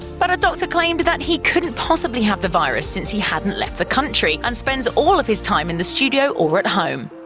but a doctor claimed that he couldn't possibly have the virus since he hadn't left the country, and spends all of his time in the studio or at home.